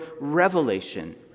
revelation